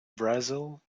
brazil